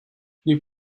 you